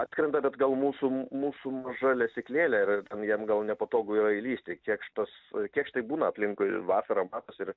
atskrenda bet gal mūsų mūsų maža lesyklėlė ir jam gal nepatogu yra įlįsti kėkštas kėkštai būna aplinkui vasarą matos ir